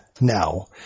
now